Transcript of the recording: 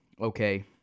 okay